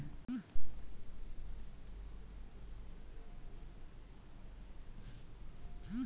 Kumara ATM ನಲ್ಲಿ ದುಡ್ಡು ತಗೊಂಡಾಗ ಬ್ಯಾಂಕಿನಲ್ಲಿ ಹಣ ಕಟ್ಟಾಗಿದೆ ಅಂತ ಮೆಸೇಜ್ ಬಂತು